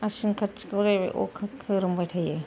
आसिन कार्तिकआव अखा खोरोमबाय थायो